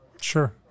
Sure